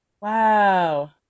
wow